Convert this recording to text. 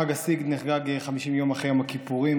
חג הסיגד נחגג 50 יום אחרי יום הכיפורים,